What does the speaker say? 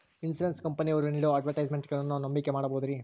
Insurance ಕಂಪನಿಯವರು ನೇಡೋ ಅಡ್ವರ್ಟೈಸ್ಮೆಂಟ್ಗಳನ್ನು ನಾವು ನಂಬಿಕೆ ಮಾಡಬಹುದ್ರಿ?